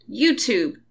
YouTube